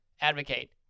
advocate